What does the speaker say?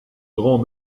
grant